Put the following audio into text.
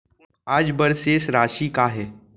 आज बर शेष राशि का हे?